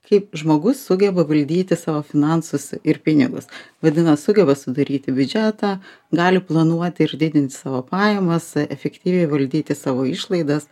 kaip žmogus sugeba valdyti savo finansus ir pinigus vadinas sugeba sudaryti biudžetą gali planuoti ir didinti savo pajamas efektyviai valdyti savo išlaidas